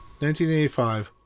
1985